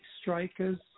Strikers